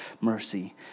mercy